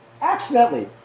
Accidentally